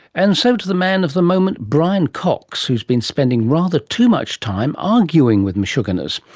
and so to the man of the moment, brian cox, who's been spending rather too much time arguing with mashuganas.